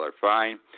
fine